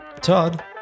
Todd